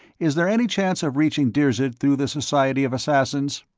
is there any chance of reaching dirzed through the society of assassins?